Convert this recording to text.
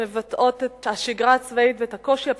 המבטאות את השגרה הצבאית ואת הקושי הפסיכולוגי,